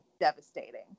devastating